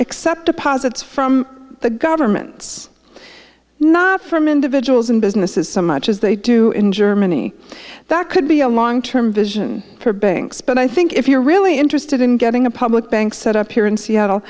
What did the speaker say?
accept deposits from the governments not from individuals and businesses so much as they do in germany that could be a long term vision for banks but i think if you're really interested in getting a public bank set up here in seattle